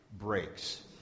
breaks